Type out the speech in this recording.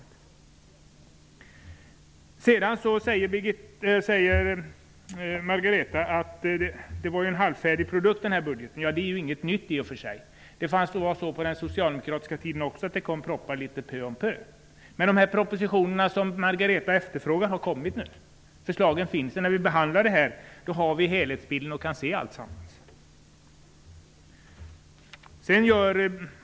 Margareta Winberg säger att det var fråga om en halvfärdig produkt. Det är i och för sig inget nytt. Också under den socialdemokratiska tiden kom det propositioner litet pö om pö. Men de propositioner som Margareta Winberg efterfrågar har nu kommit. Förslagen finns, och när de skall behandlas har vi en helhetsbild att utgå från.